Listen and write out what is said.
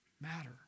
matter